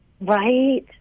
Right